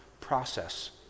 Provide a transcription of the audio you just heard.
process